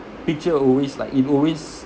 picture always like it always